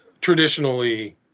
traditionally